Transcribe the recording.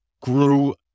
grew